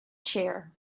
chair